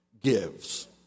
gives